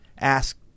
ask